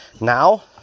Now